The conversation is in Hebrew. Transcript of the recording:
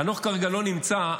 חנוך כרגע לא נמצא.